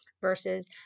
versus